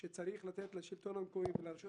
שצריך לתת לשלטון המקומי ולרשויות